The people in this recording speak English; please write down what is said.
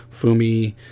fumi